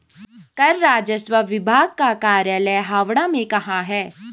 कर राजस्व विभाग का कार्यालय हावड़ा में कहाँ है?